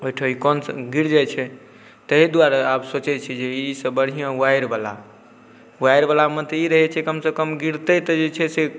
ओहिठाम ई कानसँ गिर जाइ छै ताहि दुआरे आब सोचै छी जे एहिसँ बढ़िआँ वाइरवला वाइरवलामे तऽ ई रहै छै जे कमसँ कम गिरतै तऽ छै जे से